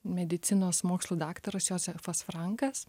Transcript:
medicinos mokslų daktaras jozefas frankas